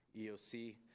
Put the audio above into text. EOC